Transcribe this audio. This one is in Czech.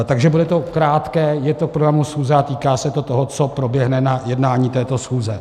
Takže bude to krátké, je to v programu schůze a týká se toho, co proběhne na jednání této schůze.